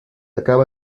acaba